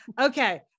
Okay